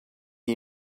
you